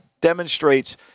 demonstrates